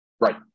Right